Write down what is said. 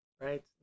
right